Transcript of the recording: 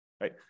right